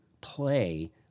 play